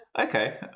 Okay